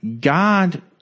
God